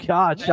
God